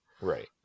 right